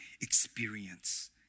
experience